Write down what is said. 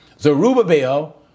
Zerubbabel